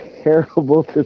Terrible